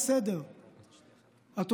הצעה לסדר-היום.